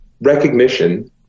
recognition